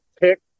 pick